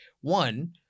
one